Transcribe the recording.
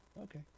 okay